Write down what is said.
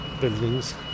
buildings